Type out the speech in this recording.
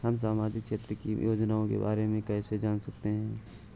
हम सामाजिक क्षेत्र की योजनाओं के बारे में कैसे जान सकते हैं?